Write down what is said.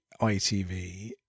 ITV